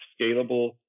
scalable